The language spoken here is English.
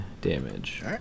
damage